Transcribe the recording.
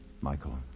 Michael